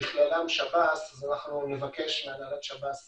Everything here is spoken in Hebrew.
ובכללם שב"ס, אנחנו נבקש מהנהלת שב"ס